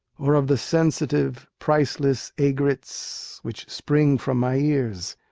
or of the sensitive, priceless aigrettes which spring from my ears?